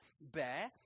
bear